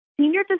senior